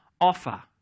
offer